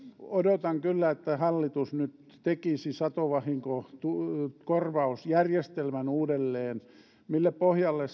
odotan kyllä että hallitus nyt tekisi satovahinkokorvausjärjestelmän uudelleen sitä mille pohjalle